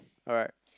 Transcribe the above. alright